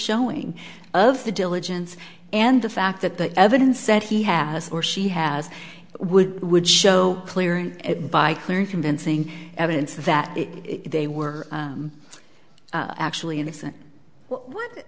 showing of the diligence and the fact that the evidence that he has or she has would would show clearing it by clear and convincing evidence that they were actually innocent what